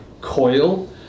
coil